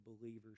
believers